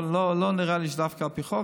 אבל לא נראה לי שזה דווקא על פי חוק,